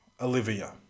Olivia